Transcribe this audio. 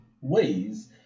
ways